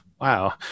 wow